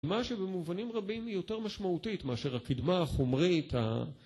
קדמה שבמובנים רבים היא יותר משמעותית מאשר הקדמה החומרית ה...